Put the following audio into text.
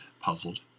puzzled